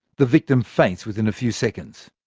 the victim faints within a few seconds.